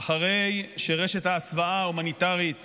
אחרי שרשת ההסוואה ההומניטרית